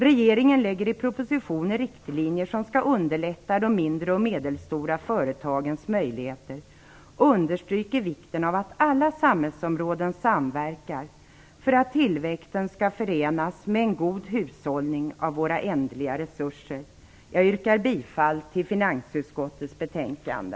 Regeringen lägger i propositionen fram förslag till riktlinjer som skall underlätta de mindre och medelstora företagens möjligheter, och man understryker vikten av att alla samhällsområden samverkar för att tillväxten skall kunna förenas med en god hushållning av våra ändliga resurser. Jag yrkar bifall till hemställan i finansutskottets betänkande.